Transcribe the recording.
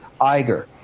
Iger